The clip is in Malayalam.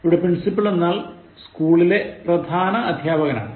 ഇവിടെ Principal എന്നാൽ സ്കൂളിലെ പ്രധാനഅദ്ധ്യാപകയാണ്